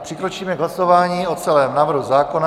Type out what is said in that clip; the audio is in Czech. Přikročíme k hlasování o celém návrhu zákona.